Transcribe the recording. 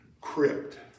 crypt